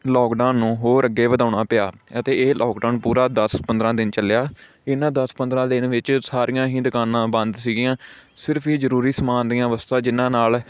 lockdown ਨੂੰ ਹੋਰ ਅੱਗੇ ਵਧਾਉਣਾ ਪਿਆ ਅਤੇ ਇਹ ਲੋਕਡਾਊਨ ਪੂਰਾ ਦਸ ਪੰਦਰਾਂ ਦਿਨ ਚੱਲਿਆ ਇਹਨਾਂ ਦਸ ਪੰਦਰਾਂ ਦਿਨ ਵਿੱਚ ਸਾਰੀਆਂ ਹੀ ਦੁਕਾਨਾਂ ਬੰਦ ਸੀਗੀਆਂ ਸਿਰਫ ਹੀ ਜ਼ਰੂਰੀ ਸਮਾਨ ਦੀਆਂ ਵਸਤੂਆਂ ਜਿਹਨਾਂ ਨਾਲ